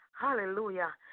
Hallelujah